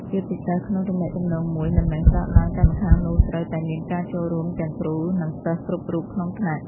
ជាពិសេស ក្នុងទំនាក់ទំនងមួយ មិនមែនកើតឡើងតែម្ខាងនោះត្រូវតែមានការចូលរួមទាំងគ្រូនិងសិស្សគ្រប់រូបក្នុងថ្នាក់។